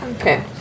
Okay